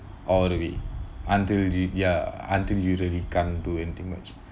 all the way until we ya until you really can't do anything much